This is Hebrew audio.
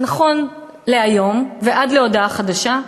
נכון להיום ועד להודעה חדשה,